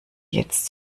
jetzt